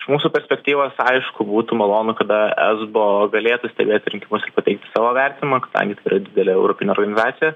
iš mūsų perspektyvos aišku būtų malonu kada esbo galėtų stebėti rinkimus ir pateikti savo vertinimą kadangi tai yra didelė europinė organizacija